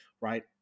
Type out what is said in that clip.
right